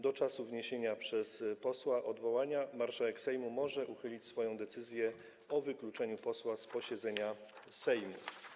Do czasu wniesienia przez posła odwołania marszałek Sejmu może uchylić swoją decyzję o wykluczeniu posła z posiedzenia Sejmu.